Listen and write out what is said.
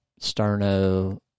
Sterno